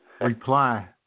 reply